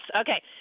Okay